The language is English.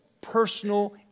personal